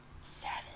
Seven